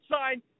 sign